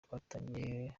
twatangiye